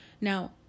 Now